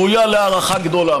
ראויה להערכה גדולה,